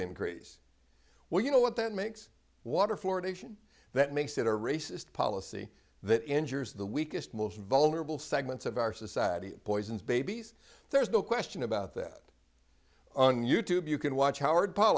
increase well you know what that makes water fluoridation that makes it a racist policy that injures the weakest most vulnerable segments of our society poisons babies there's no question about that on you tube you can watch howard